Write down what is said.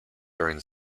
during